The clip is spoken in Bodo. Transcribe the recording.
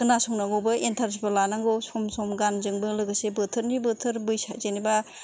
खोनासंनांगौबो इन्टारेस्ट लानांगौ सम सम गानजोंबो लोगोसे बोथोरनि बोथोर बैसो जेन'बा